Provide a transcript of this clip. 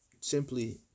simply